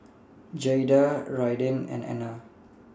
Jaeda Raiden and Ena